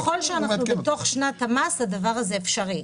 ככל שאנחנו בתוך שנת המס, הדבר הזה אפשרי.